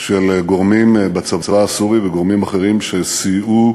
של גורמים בצבא הסורי וגורמים אחרים שסייעו